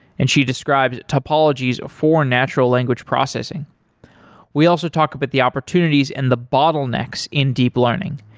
and she describes topologies for natural language processing we also talked about the opportunities and the bottlenecks in deep learning,